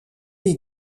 est